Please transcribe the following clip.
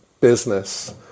business